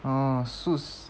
orh suits